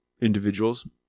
individuals